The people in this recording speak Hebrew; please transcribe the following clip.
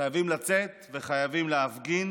חייבים לצאת, וחייבים להפגין